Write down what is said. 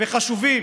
וחשובים